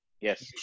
Yes